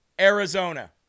Arizona